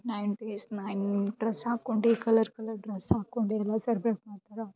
nine days nine dress ಹಾಕೊಂಡು colour colour dress ಹಾಕೊಂಡೇ ಎಲ್ಲ ಸೆಲ್ಬ್ರೇಟ್ ಮಾಡ್ತಾರ